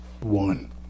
One